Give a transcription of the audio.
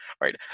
right